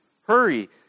Hurry